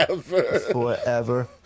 Forever